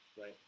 Right